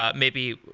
ah maybe,